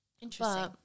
interesting